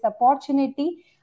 opportunity